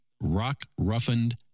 rock-roughened